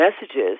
messages